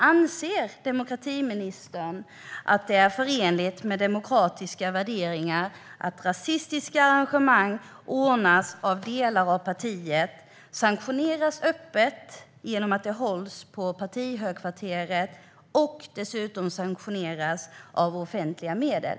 Anser demokratiministern att det är förenligt med demokratiska värderingar att rasistiska arrangemang anordnas av delar av partiet och sanktioneras öppet genom att hållas på partihögkvarteret och dessutom sanktioneras genom offentliga medel?